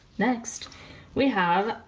next we have,